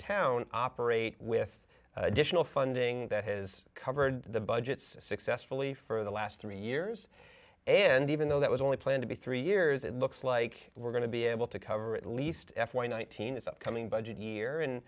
town operate with additional funding that has covered the budgets successfully for the last three years and even though that was only planned to be three years it looks like we're going to be able to cover at least f y nineteen its upcoming budget year and